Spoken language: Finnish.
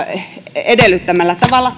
edellyttämällä tavalla